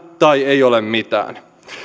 tai ei ole mitään